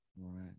Right